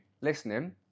listening